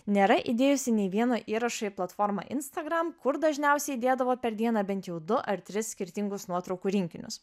nėra įdėjusi nei vieno įrašo į platformą instagram kur dažniausiai įdėdavo per dieną bent jau du ar tris skirtingus nuotraukų rinkinius